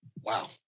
Wow